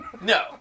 No